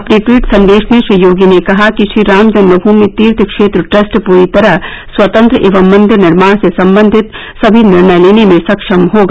अपने ट्वीट संदेश में श्री योगी ने कहा कि श्रीराम जन्मग्रमि तीर्थ क्षेत्र ट्रस्ट पूरी तरह स्वतंत्र एवं मंदिर निर्माण से सम्बन्धित सभी निर्णय लेने में सक्षम होगा